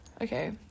Okay